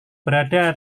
berada